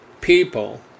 people